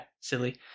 silly